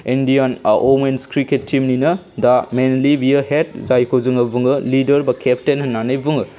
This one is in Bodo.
इण्डियान व'मेन्स क्रिकेट टीमनिनो दा मैनलि बियो हेड जायखौ जोङो बुङो लिडार बा केप्टेन होननानै बुङो